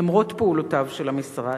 למרות פעולותיו של המשרד,